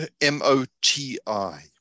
M-O-T-I